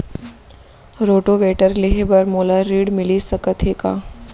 Rotavator लेहे बर मोला ऋण मिलिस सकत हे का?